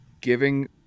giving